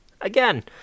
Again